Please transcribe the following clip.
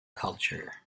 culture